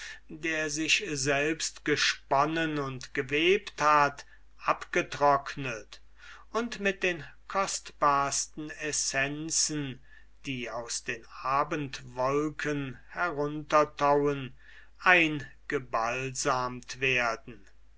der sich selbst gesponnen und gewebt hat abgetrocknet und mit den kostbarsten essenzen die aus den abendwolken wie feuchter duft heruntertauen eingebalsamt werden